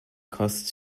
costs